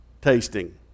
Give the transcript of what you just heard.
tasting